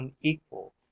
unequal